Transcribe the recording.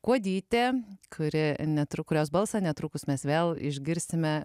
kuodytė kurie neturi kurios balsą netrukus mes vėl išgirsime